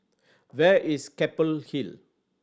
where is Keppel Hill